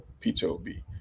PTOB